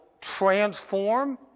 transform